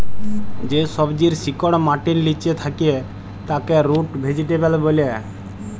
যে সবজির শিকড় মাটির লিচে থাক্যে তাকে রুট ভেজিটেবল ব্যলে